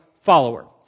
follower